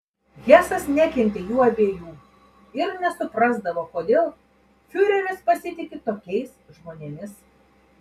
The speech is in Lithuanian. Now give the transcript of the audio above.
hesas nekentė jų abiejų ir nesuprasdavo kodėl fiureris pasitiki tokiais žmonėmis